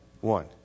One